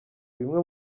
bimwe